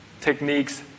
techniques